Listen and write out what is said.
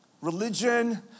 Religion